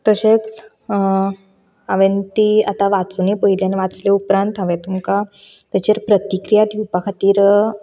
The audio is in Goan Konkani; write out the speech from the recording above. तशेंच हांवेंन ती आतां वाचुनीय पयली वाचल्या उपरांत हांवें तुमकां तेचेर प्रतिक्रिया दिवपा खातीर